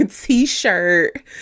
t-shirt